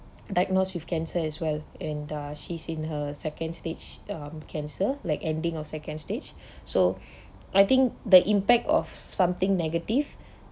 diagnosed with cancer as well and the she is in her second stage um cancer like ending of second stage so I think the impact of something negative